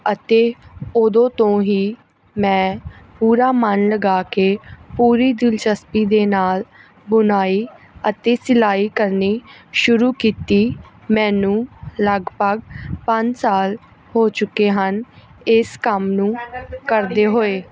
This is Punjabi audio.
ਅਤੇ ਉਦੋਂ ਤੋਂ ਹੀ ਮੈਂ ਪੂਰਾ ਮਨ ਲਗਾ ਕੇ ਪੂਰੀ ਦਿਲਚਸਪੀ ਦੇ ਨਾਲ ਬੁਣਾਈ ਅਤੇ ਸਿਲਾਈ ਕਰਨੀ ਸ਼ੁਰੂ ਕੀਤੀ ਮੈਨੂੰ ਲਗਭਗ ਪੰਜ ਸਾਲ ਹੋ ਚੁੱਕੇ ਹਨ ਇਸ ਕੰਮ ਨੂੰ ਕਰਦੇ ਹੋਏ